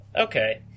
okay